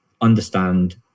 understand